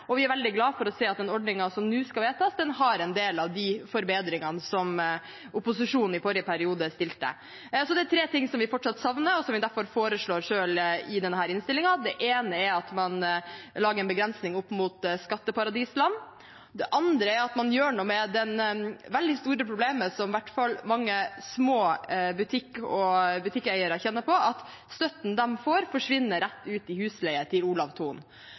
og vi er veldig glade for å se at den ordningen som nå skal vedtas, har en del av de forbedringene som opposisjonen i forrige periode kom med. Så er det tre ting som vi fortsatt savner, og som vi derfor foreslår selv i denne innstillingen. Det ene er at man lager en begrensning opp mot skatteparadisland. Det andre er at man gjør noe med det veldig store problemet som i hvert fall mange små butikkeiere kjenner på, at støtten de får, forsvinner rett ut i husleie til Olav Thon.